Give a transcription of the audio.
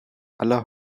aller